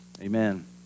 Amen